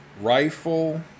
rifle